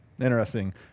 Interesting